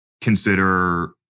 consider